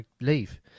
leave